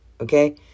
okay